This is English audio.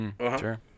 Sure